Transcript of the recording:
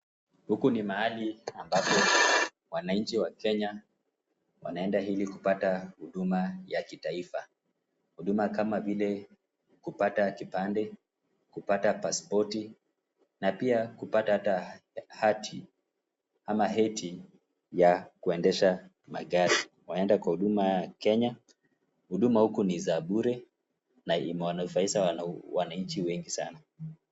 Huku ni mahali ambapo wananchi wa Kenya wanaenda ili kupata huduma ya kitaifa. Huduma kama vile kupata kipande, kupata pasipoti na pia kupata taahati ama heti ya kuendesha magari. Waenda kwa huduma ya Kenya. Huduma huku ni za bure na imewanufaisha wananchi wengi sana.